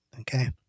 okay